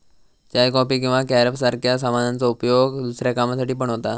चाय, coffee किंवा carob सारख्या सामानांचा उपयोग दुसऱ्या कामांसाठी पण होता